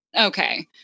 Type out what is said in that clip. Okay